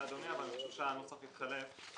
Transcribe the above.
אבל נדמה לי שהנוסח התחלף.